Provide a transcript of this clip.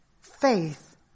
faith